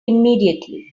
immediately